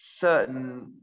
certain